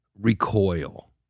recoil